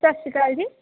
ਸਤਿ ਸ਼੍ਰੀ ਅਕਾਲ ਜੀ